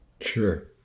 Sure